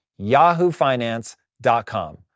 yahoofinance.com